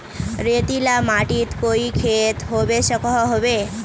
रेतीला माटित कोई खेती होबे सकोहो होबे?